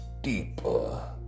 deeper